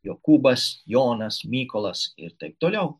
jokūbas jonas mykolas ir taip toliau